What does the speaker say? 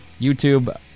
YouTube